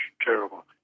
terrible